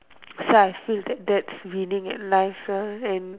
so I feel that that's winning at life lah and